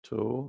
Two